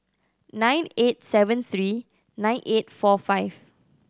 nine eight seven three nine eight four five